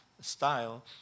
style